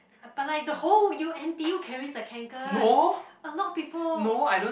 but like the whole U_N N_T_U carries the Kanken a lot of people